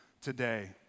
today